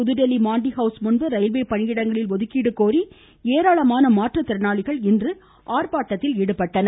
புதுதில்லி Mandi house முன்பு railway பணியிடங்களில் ஒதுக்கீடு கோரி ஏராளமான மாற்றுத் திறனாளிகள் இன்று ஆர்ப்பாட்டத்தில் ஈடுபட்டனர்